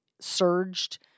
surged